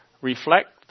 Reflect